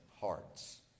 hearts